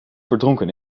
verdronken